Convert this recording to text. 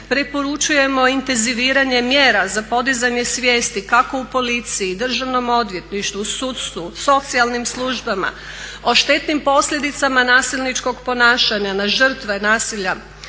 preporučujemo intenziviranje mjera za podizanje svijesti kako u policiji, državnom odvjetništvu, sudstvu, socijalnim službama, o štetnim posljedicama nasilničkog ponašanja na žrtve nasilja,